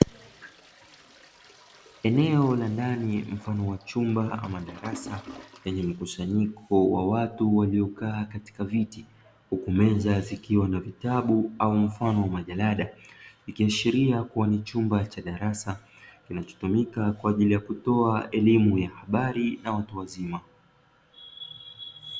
Eneo la ndani mfano wa chumba ama darasa lenye mkusanyiko wa watu waliokaa katika viti, huku meza zikiwa na vitabu au mfano wa majarada ikiashiria kua ni chumba cha darasa, kinachotumika kwa ajili ya kutoa elimu ya habari na watu wazima.